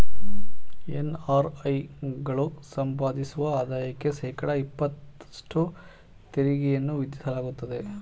NRI ಗಳು ಸಂಪಾದಿಸುವ ಆದಾಯಕ್ಕೆ ಶೇಕಡ ಇಪತ್ತಷ್ಟು ತೆರಿಗೆಯನ್ನು ವಿಧಿಸಲಾಗುತ್ತದೆ